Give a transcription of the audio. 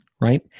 right